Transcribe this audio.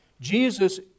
Jesus